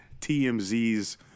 TMZ's